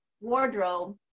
wardrobe